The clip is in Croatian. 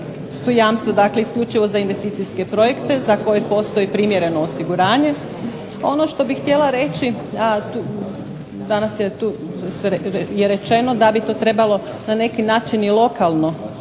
su jamstva isključivo za investicijske projekte za koje postoji primjereno osiguranje. Ono što bih htjela reći a danas je tu rečeno da bi trebalo na neki način i lokalno